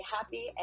happy